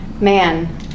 Man